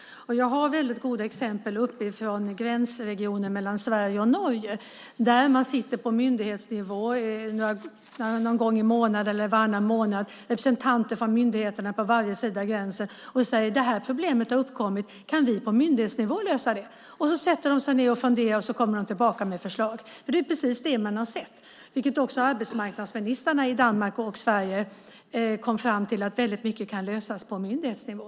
Jag har väldigt goda exempel uppifrån gränsregionen mellan Sverige och Norge. Där träffas representanter från myndigheterna på varje sida av gränsen någon gång i månaden eller varannan månad och säger: Det här problemet har uppkommit. Kan vi på myndighetsnivå lösa det? De sätter sig sedan ned och funderar och kommer tillbaka med förslag. Det är precis det vi har sett. Också arbetsmarknadsministrarna i Danmark och Sverige kom fram till att mycket kan lösas på myndighetsnivå.